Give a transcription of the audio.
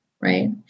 right